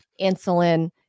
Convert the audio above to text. insulin